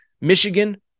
Michigan